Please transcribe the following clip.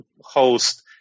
host